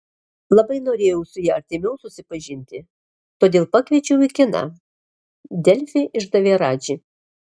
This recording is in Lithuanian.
labai norėjau su ja artimiau susipažinti todėl pakviečiau į kiną delfi išdavė radži